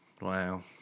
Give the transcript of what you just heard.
Wow